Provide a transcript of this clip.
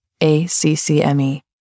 ACCME